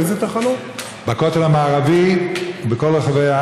איזה טעם יש לחזור,